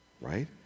right